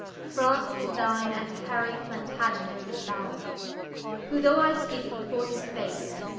france is thine, and henry plantaginet is thine who, though i speake it before his face,